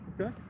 Okay